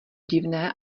divné